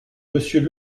monsieur